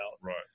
Right